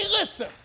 Listen